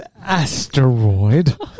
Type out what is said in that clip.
asteroid